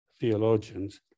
theologians